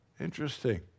Interesting